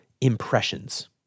impressions